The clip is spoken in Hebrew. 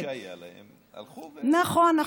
הורים שהיה להם, הלכו, נכון.